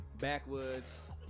Backwoods